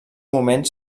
moment